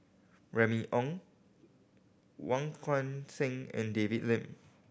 Remy Ong Wong Kan Seng and David Lim